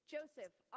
Joseph